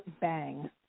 bang